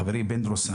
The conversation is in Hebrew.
חברי פינדרוס,